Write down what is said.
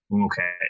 Okay